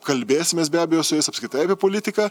kalbėsimės be abejo su jais apskritai apie politiką